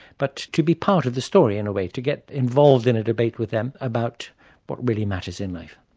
but to be part of the story in a way, to get involved in a debate with them about what really matters in life.